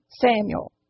Samuel